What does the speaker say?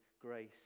grace